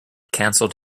canceled